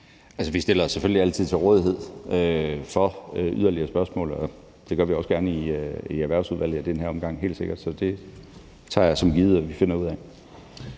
Vi stiller os selvfølgelig altid til rådighed for yderligere spørgsmål, og det gør vi også gerne i Erhvervsudvalget i den her omgang, helt sikkert. Så det tager jeg som givet at vi finder ud af.